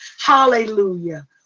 Hallelujah